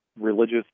religious